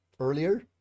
earlier